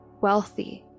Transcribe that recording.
wealthy